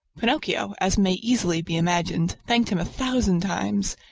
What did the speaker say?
pinocchio, as may easily be imagined, thanked him a thousand times.